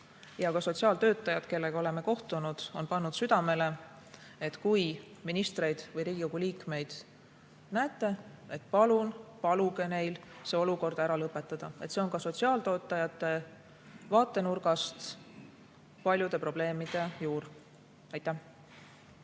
Ka sotsiaaltöötajad, kellega oleme kohtunud, on pannud meile südamele: kui ministreid või Riigikogu liikmeid näete, palun paluge neil see olukord ära lõpetada. See on ka sotsiaaltöötajate vaatenurgast paljude probleemide juur. Suur